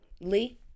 Lee